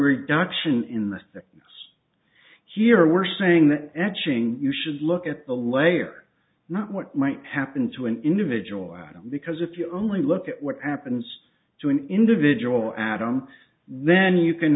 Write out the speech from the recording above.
reduction in the thickness here we're saying that etching you should look at the layer not what might happen to an individual atom because if you only look at what happens to an individual adam then you can